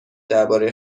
درباره